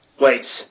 Wait